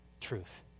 truth